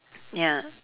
ya